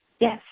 Yes